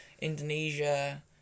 Indonesia